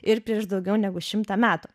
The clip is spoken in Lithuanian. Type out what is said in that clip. ir prieš daugiau negu šimtą metų